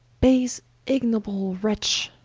base ignoble wretch,